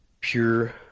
pure